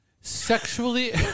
Sexually